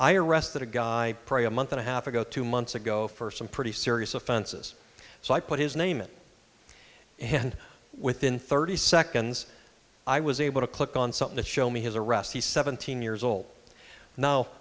a guy probably a month and a half ago two months ago for some pretty serious offenses so i put his name and and within thirty seconds i was able to click on something to show me his arrest he's seventeen years old now